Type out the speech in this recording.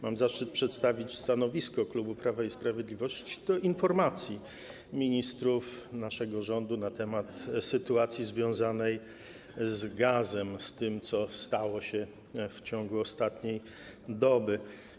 Mam zaszczyt przedstawić stanowisko klubu Prawo i Sprawiedliwość wobec informacji ministrów naszego rządu na temat sytuacji związanej z gazem, z tym, co stało się w ciągu ostatniej doby.